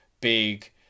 big